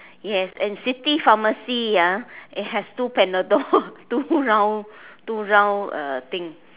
yes and city pharmacy ah it has two Panadol two round two round uh thing